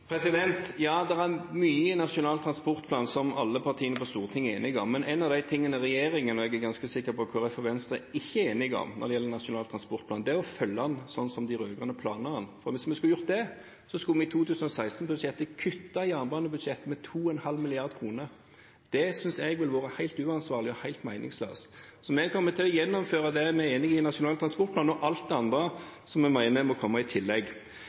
er mye i Nasjonal transportplan som alle partiene på Stortinget er enige om. Men en av de tingene regjeringen og – jeg er ganske sikker – Kristelig Folkeparti og Venstre ikke er enig i når det gjelder Nasjonal transportplan, er å følge den slik som de rød-grønne planla den. Hvis vi skulle gjort det, skulle vi i 2016-budsjettet kuttet jernbanebudsjettet med 2,5 mrd. kr. Det synes jeg ville vært helt uansvarlig og helt meningsløst. Vi kommer til å gjennomføre det vi er enig i i Nasjonal transportplan – og alt det andre som vi mener må komme i tillegg.